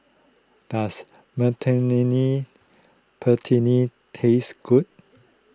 does taste good